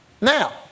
Now